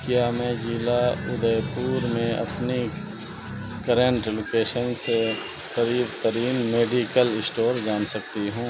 کیا میں ضلع ادے پور میں اپنی کرنٹ لوکیشن سے قریب ترین میڈیکل اسٹور جان سکتی ہوں